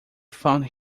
found